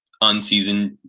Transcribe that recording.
unseasoned